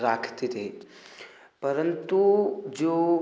रखते थे परंतु जो